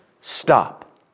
stop